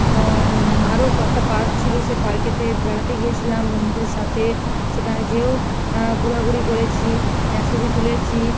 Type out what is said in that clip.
এবং আরও কয়েকটা পার্ক ছিলো সে পার্কেতে বেড়াতে গিয়েছিলাম বন্ধুদের সাথে সেখানে যেয়েও ঘুরাঘুরি করেছি ছবি তুলেছি